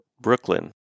Brooklyn